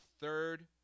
third